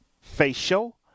facial